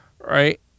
right